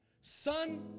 son